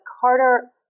Carter